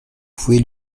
pouvait